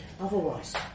Otherwise